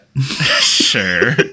sure